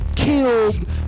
killed